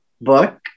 book